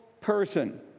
person